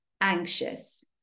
anxious